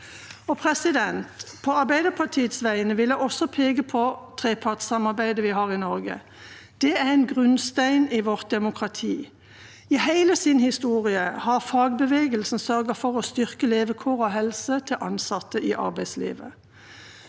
noen. På Arbeiderpartiets vegne vil jeg også peke på trepartssamarbeidet vi har i Norge. Det er en grunnstein i vårt demokrati. I hele sin historie har fagbevegelsen sørget for å styrke levekår og helse til ansatte i arbeidslivet.